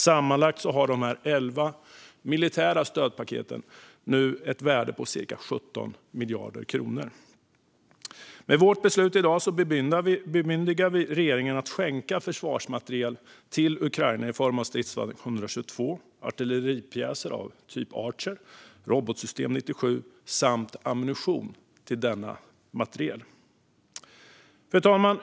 Sammanlagt har de här elva militära stödpaketen nu ett värde på cirka 17 miljarder kronor. Med vårt beslut i dag bemyndigar vi regeringen att skänka försvarsmateriel till Ukraina i form av stridsvagn 122, artilleripjäser av typen Archer och robotsystem 97 samt ammunition till denna materiel. Fru talman!